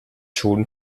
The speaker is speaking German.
schon